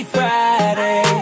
Friday